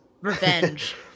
revenge